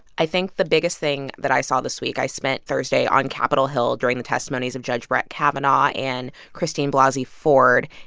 i think the biggest thing that i saw this week i spent thursday on capitol hill during the testimonies of judge brett kavanaugh and christine blasey ford.